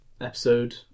episode